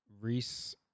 Reese